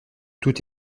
tout